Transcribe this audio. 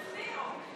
תצביעו.